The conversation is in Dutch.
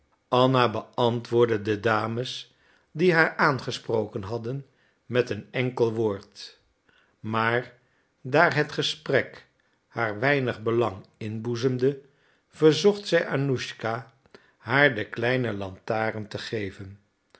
anna beantwoordde de dames die haar aangesproken hadden met een enkel woord maar daar het gesprek haar weinig belang inboezemde verzocht zij annuschka haar de kleine lantaarn te geven